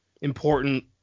important